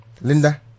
Linda